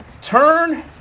Turn